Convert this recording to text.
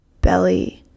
belly